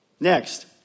Next